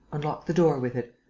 unlock the door with it.